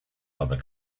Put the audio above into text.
other